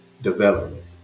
development